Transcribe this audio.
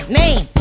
name